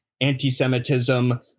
anti-Semitism